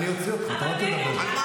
אני אוציא אותך, אתה לא תדבר ככה.